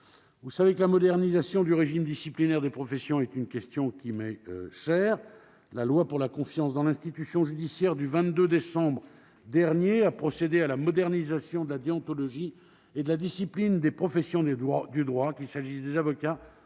Vous savez que la modernisation du régime disciplinaire des professions est une question qui m'est chère. La loi du 22 décembre 2021 pour la confiance dans l'institution judiciaire a procédé à la modernisation de la déontologie et de la discipline des professions du droit, qu'il s'agisse des avocats